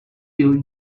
you